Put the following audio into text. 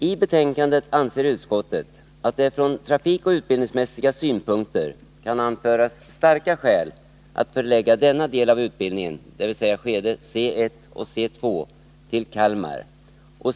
I betänkandet anser utskottet att det från trafikoch utbildningsmässiga synpunkter kan anföras starka skäl att förlägga denna del av utbildningen, dvs. skede C 1 och C2, till Kalmar.